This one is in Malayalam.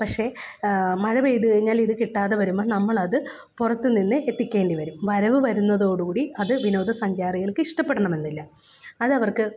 പക്ഷേ മഴ പെയ്ത് കഴിഞ്ഞാൽ ഇത് കിട്ടാതെ വരുമ്പം നമ്മളത് പുറത്ത് നിന്ന് എത്തിക്കേണ്ടി വരും വരവ് വരുന്നതോടു കൂടി അത് വിനോദ സഞ്ചാരികൾക്ക് ഇഷ്ടപ്പെടണമെന്നില്ല അതവർക്ക്